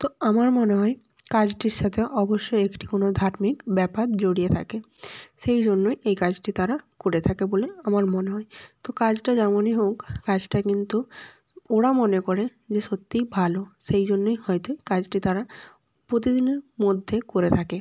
তো আমার মনে হয় কাজটির সাথে অবশ্যই একটি কোনো ধার্মিক ব্যাপার জড়িয়ে থাকে সেই জন্য এই কাজটি তারা করে থাকে বলে আমার মনে হয় তো কাজটা যেমনই হোক কাজটা কিন্তু ওরা মনে করে যে সত্যিই ভালো সেই জন্যই হয়তো কাজটি তারা প্রতিদিনের মধ্যে করে থাকে